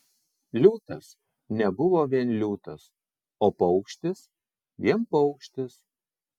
liūtas nebuvo vien liūtas o paukštis vien paukštis